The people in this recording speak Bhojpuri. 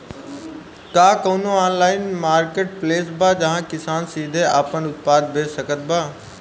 का कउनों ऑनलाइन मार्केटप्लेस बा जहां किसान सीधे आपन उत्पाद बेच सकत बा?